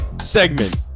segment